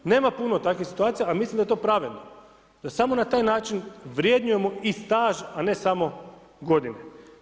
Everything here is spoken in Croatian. Nema puno takvih situacija, a mislim da je to pravedno, da samo na taj način vrednujemo i staž, a ne samo godine.